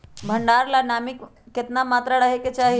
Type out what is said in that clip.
भंडारण ला नामी के केतना मात्रा राहेके चाही?